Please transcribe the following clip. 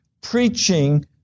preaching